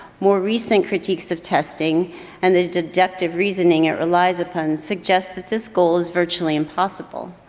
more recent critiques of testing and the deductive reasoning it relies upon suggest that this goal is virtually impossible,